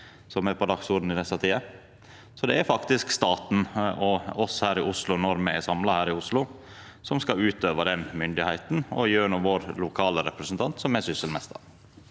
som er på dagsordenen i desse tider. Så det er faktisk staten og oss her i Oslo, når me er samla her i Oslo, som skal utøva den myndigheita, gjennom vår lokale representant, som er Sysselmeisteren.